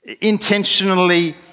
intentionally